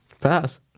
Pass